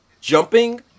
jumping